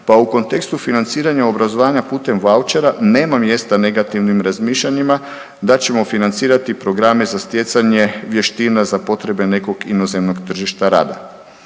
pa u kontekstu financiranja obrazovanja putem vaučera nema mjesta negativnih razmišljanjima da ćemo financirati programe za stjecanje vještina za potrebe nekog inozemnog tržišta rada.